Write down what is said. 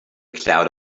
cloud